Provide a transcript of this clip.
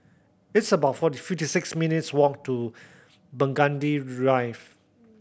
it's about forty fifty six minutes' walk to Burgundy Drive